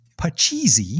Pachisi